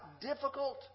difficult